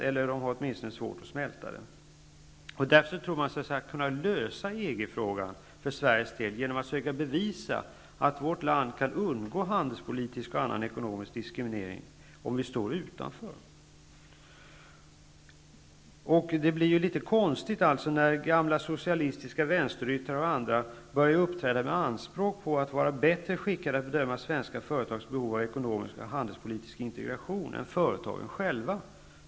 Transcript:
Åtminstone har de svårt att smälta det här. Därför tror man sig kunna lösa EG-frågan för Sveriges del genom att försöka bevisa att vi i vårt land kan undgå handelspolitisk och annan ekonomisk diskriminering om vi står utanför EG. När gamla socialistiska vänsteryttrar och andra börjar uppträda med anspråk på att vara bättre skickade än företagen själva att bedöma svenska företags behov av ekonomisk och handelspolitisk integration blir det hela litet konstigt.